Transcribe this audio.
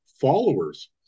followers